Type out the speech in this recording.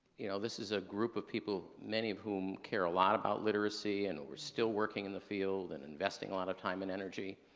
you know, this is a group of people many of whom care a lot about literacy and we're still working on and the field and investing a lot of time and energy.